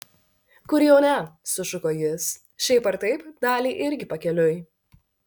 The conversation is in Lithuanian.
kur jau ne sušuko jis šiaip ar taip daliai irgi pakeliui